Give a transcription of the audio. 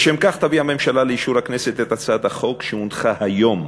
לשם כך תביא הממשלה לאישור הכנסת את הצעת החוק שהונחה היום,